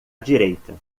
direita